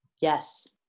Yes